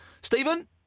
Stephen